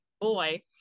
Boy